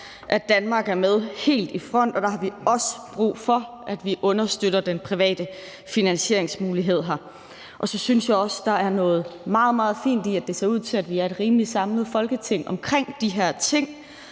at Danmark er med helt i front, og der har vi også brug for, at vi understøtter den private finansieringsmulighed her. Så synes jeg også, der er noget meget, meget fint i, at det ser ud til, at vi er et rimelig samlet Folketing omkring de her ting.